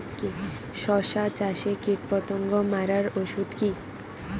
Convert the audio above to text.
শসা চাষে কীটপতঙ্গ মারার ওষুধ কি?